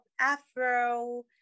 afro